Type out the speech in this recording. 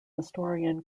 historian